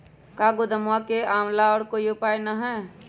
का गोदाम के आलावा कोई और उपाय न ह?